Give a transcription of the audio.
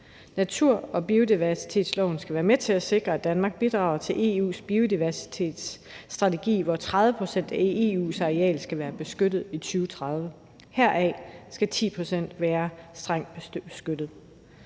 Natur- og biodiversitetsloven skal være med til at sikre, at Danmark bidrager til EU's biodiversitetsstrategi, hvor 30 pct. af EU's areal skal være beskyttet i 2030, heraf skal 10 pct. være strengt beskyttet.